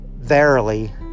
Verily